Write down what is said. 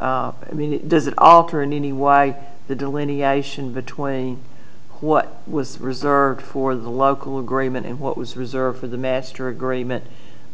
were i mean does it alter and any why the delineation between what was reserved for the local agreement and what was reserved for the master agreement